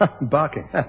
barking